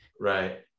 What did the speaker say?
Right